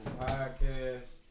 podcast